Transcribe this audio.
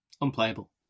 unplayable